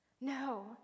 No